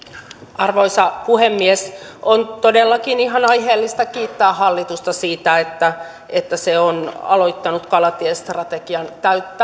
arvoisa puhemies on todellakin ihan aiheellista kiittää hallitusta siitä että että se on aloittanut kalatiestrategian